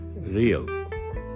real